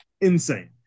Insane